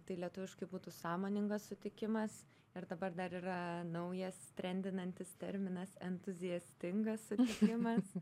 tai lietuviškai būtų sąmoningas sutikimas ir dabar dar yra naujas trendinantis terminas entuziastingas sutikimas